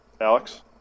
Alex